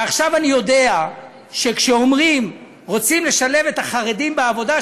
מעכשיו אני יודע שכשאומרים: רוצים לשלב את החרדים בעבודה,